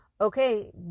okay